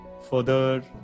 further